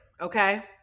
okay